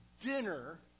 dinner